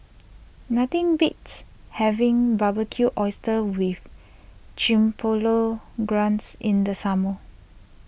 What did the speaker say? nothing beats having Barbecued Oysters with Chipotle Glaze in the summer